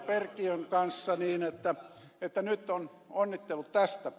perkiön kanssa mutta nyt onnittelut tästä